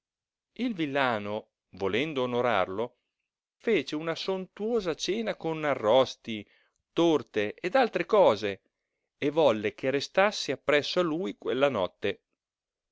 il villano volendo onorarlo fece una sontuosa cena con arrosti torte ed altre cose e volle che restasse appresso a lui quella notte